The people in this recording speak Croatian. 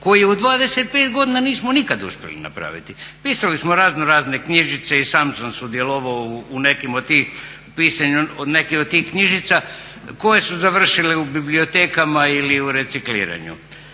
koji u 25 godina nismo nikada uspjeli napravit. Pisali smo raznorazne knjižice i sam sam sudjelovao u nekim od tih pisanju u nekih od tih knjižica koje su završile u bibliotekama ili u recikliranju.